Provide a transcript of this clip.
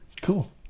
cool